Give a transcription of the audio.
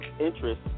interest